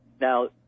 Now